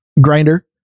grinder